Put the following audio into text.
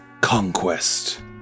Conquest